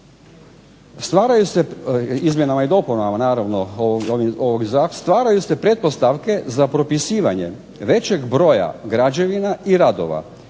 ovako, izmjenama i dopunama naravno ovog zakona "stvaraju se pretpostavke za propisivanje većeg broja građevina i radova